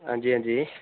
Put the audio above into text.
हां जी हां जी